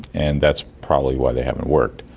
and that's probably why they haven't worked.